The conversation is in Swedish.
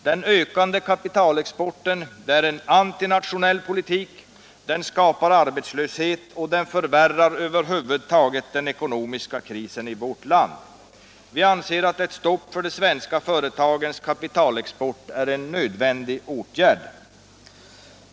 Den ökande kapitalexporten är en antinationell politik — den skapar arbetslöshet och förvärrar över huvud taget den ekonomiska krisen i vårt eget land. Vi anser att ett stopp för de svenska företagens kapitalexport är en nödvändig åtgärd.